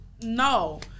no